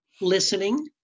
listening